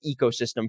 ecosystem